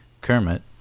kermit